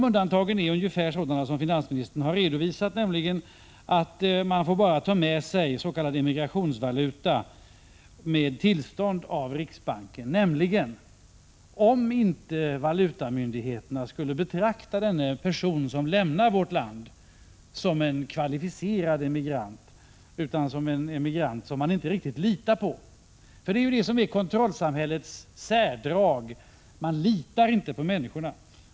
Undantagen är ungefär sådana som finansministern har redovisat, nämligen att man bara får ta med sig s.k. emigrationsvaluta med tillstånd från riksbanken, dvs. om inte valutamyndigheterna skulle betrakta den person som lämnar vårt land som en kvalificerad emigrant utan som en emigrant som man inte riktigt litar på. Det är detta som är kontrollsamhällets särdrag: man litar inte på människorna.